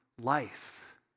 life